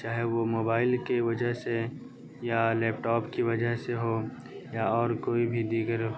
چاہے وہ موبائل کے وجہ سے یا لیپ ٹاپ کی وجہ سے ہو یا اور کوئی بھی دیگر